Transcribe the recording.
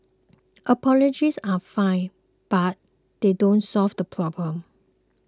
apologies are fine but they don't solve the problem